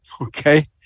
Okay